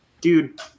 dude